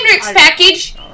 package